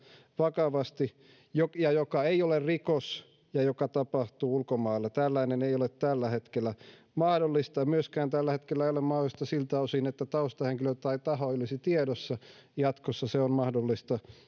vakavasti ja joka ei ole rikos ja joka tapahtuu ulkomailla tällainen ei ole tällä hetkellä mahdollista ja myöskään tällä hetkellä tiedustelu ei ole mahdollista siltä osin että taustahenkilö tai taho ei olisi tiedossa jatkossa tiedustelu on mahdollista